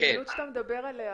הפעילות שאתה מדבר עליה,